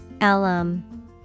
Alum